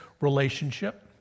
relationship